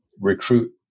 recruit